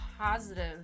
positive